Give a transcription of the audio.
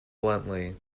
bluntly